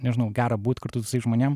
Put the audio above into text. nežinau gera būt kartu su tais žmonėm